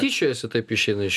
tyčiojasi taip išeina iš